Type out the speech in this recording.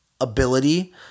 ability